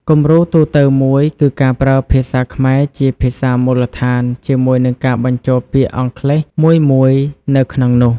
គំរូទូទៅមួយគឺការប្រើភាសាខ្មែរជាភាសាមូលដ្ឋានជាមួយនឹងការបញ្ចូលពាក្យអង់គ្លេសមួយៗនៅក្នុងនោះ។